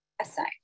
aside